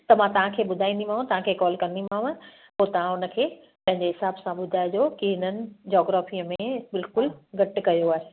त मां तव्हांखे ॿुधाईंदीमाव तव्हांखे कॉल कंदीमाव पोइ तव्हां उनखे पंहिंजे हिसाब सां ॿुधाइजो की हिननि जॉग्रॉफ़ीअ में बिल्कुलु घटि कयो आहे